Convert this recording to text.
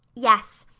yes.